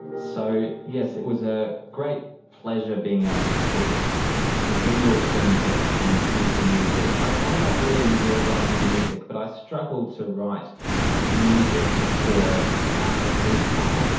so it was a great pleasure being able to put real things that happened into music. i find i really enjoy writing music but i struggle to write music for other people.